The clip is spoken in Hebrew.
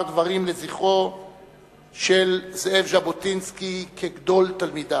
דברים לזכרו של זאב ז'בוטינסקי כגדול תלמידיו.